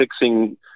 fixing